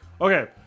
okay